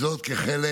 כחלק